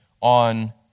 on